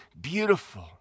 beautiful